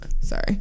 Sorry